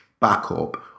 backup